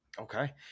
Okay